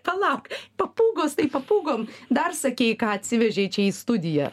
palauk papūgos tai papūgom dar sakei ką atsivežei čia į studiją